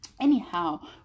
anyhow